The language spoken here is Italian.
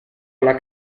alla